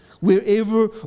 Wherever